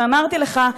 ואמרתי לך,